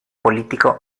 político